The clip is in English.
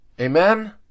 Amen